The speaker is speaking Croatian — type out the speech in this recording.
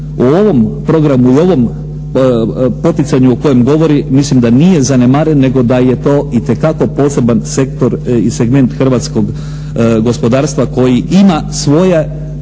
u ovom programu i u ovom poticanju o kojem govori mislim da nije zanemaren nego da je to itekako poseban sektor i segment hrvatskog gospodarstva koji ima svoje